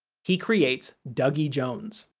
he creates dougie jones.